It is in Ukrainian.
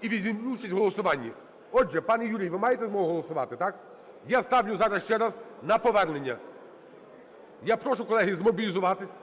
і візьміть участь в голосуванні. Отже, пане Юрій, ви маєте змогу голосувати, так? Я ставлю зараз ще раз на повернення. Я прошу, колеги, змобілізуватись